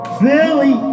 Philly